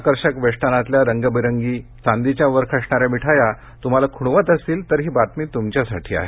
आकर्षक वेष्टनातल्या रंगीबेरंगी चांदीच्या वर्ख असणाऱ्या मिठाया तुम्हाला खुणवत असतील तर ही बातमी तुमच्यासाठी आहे